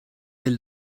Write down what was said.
del